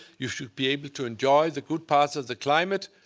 you should be able to enjoy the good parts of the climate.